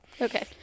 Okay